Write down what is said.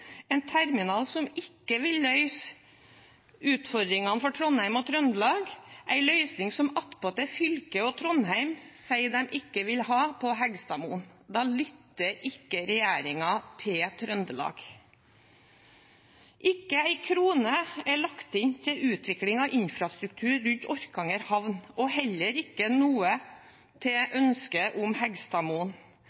som ikke vil løse utfordringene for Trondheim og Trøndelag, en løsning som fylket og Trondheim attpåtil sier de ikke vil ha, lytter ikke regjeringen til Trøndelag. Ikke én krone er lagt inn til utvikling av infrastruktur rundt Orkanger havn – heller ikke noe til